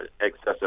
excessive